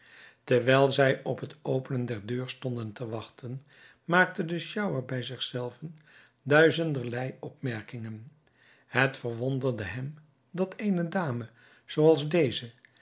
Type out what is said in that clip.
terwijl zij op het openen der deur stonden te wachten maakte de sjouwer bij zich zelven duizenderlei opmerkingen het verwonderde hem dat eene dame zooals deze